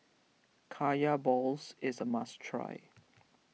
Kaya Balls is a must try